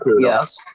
yes